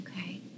Okay